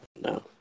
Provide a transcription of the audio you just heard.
No